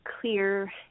clear